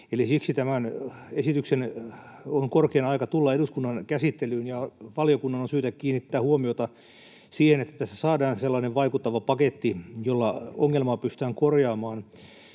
aika tämän esityksen tulla eduskunnan käsittelyyn, ja valiokunnan on syytä kiinnittää huomiota siihen, että tässä saadaan sellainen vaikuttava paketti, jolla ongelmaa pystytään korjaamaan.